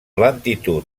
lentitud